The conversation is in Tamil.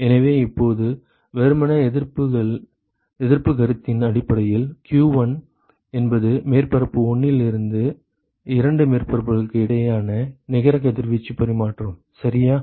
எனவே இப்போது வெறுமனே எதிர்ப்புக் கருத்தின் அடிப்படையில் q1 என்பது மேற்பரப்பு 1 இல் இருந்து இரண்டு மேற்பரப்புகளுக்கு இடையேயான நிகர கதிர்வீச்சு பரிமாற்றம் சரியா